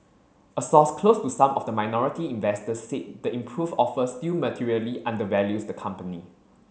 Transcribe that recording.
a source close to some of the minority investors said the improved offer still materially undervalues the company